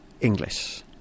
English